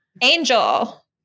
Angel